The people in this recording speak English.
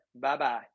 Bye-bye